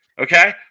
Okay